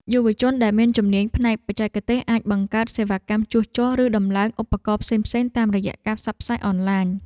យុវជនដែលមានជំនាញផ្នែកបច្ចេកទេសអាចបង្កើតសេវាកម្មជួសជុល ឬតម្លើងឧបករណ៍ផ្សេងៗតាមរយៈការផ្សព្វផ្សាយអនឡាញ។